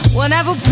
Whenever